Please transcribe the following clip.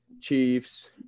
Chiefs